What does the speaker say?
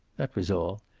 that was all.